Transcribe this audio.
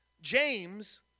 James